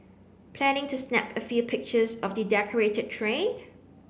planning to snap a few pictures of the decorated train